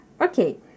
Okay